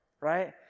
right